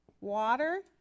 water